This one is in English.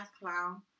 clown